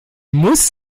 muss